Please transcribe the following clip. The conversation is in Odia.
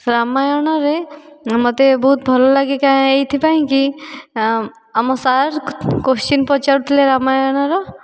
ରାମାୟଣରେ ମୋତେ ବହୁତ ଭଲ ଲାଗେ ଏଥିପାଇଁ କି ଆମ ସାର୍ କୋଶ୍ଚିନ ପଚାରୁଥିଲେ ରାମାୟଣର